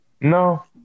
No